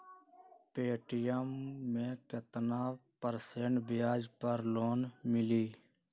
Paytm मे केतना percent ब्याज पर लोन मिली?